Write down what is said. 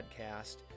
podcast